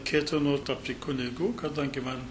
ketinu tapti kunigu kadangi man